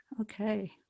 Okay